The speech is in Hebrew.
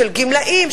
של גמלאים,